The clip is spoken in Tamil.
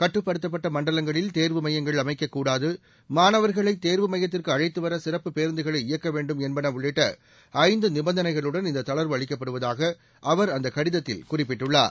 கட்டுப்படுத்தப்பட்ட மண்டலங்களில் தேர்வு மையங்கள் அமைக்கக்கூடாது மாணவர்களை தேர்வு உள்ளிட்ட ஐந்து மையத்திற்கு அழைத்துவர சிறப்பு பேருந்துகளை இயக்க வேண்டும் என்பது நிபந்தனைகளுடன் இந்த தளர்வு அளிக்கப்படுவதாக அவர் அந்த கடிதத்தில் குறிப்பிட்டுள்ளார்